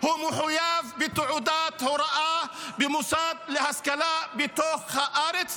מחויב בתעודת מורה במוסד להשכלה בתוך הארץ,